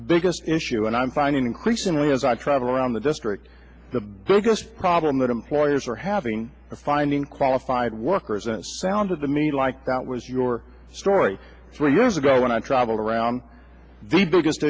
biggest issue and i'm finding increasingly as i travel around the district the biggest problem that employers are having to finding qualified workers and sounded to me like that was your story three years ago when i traveled around the biggest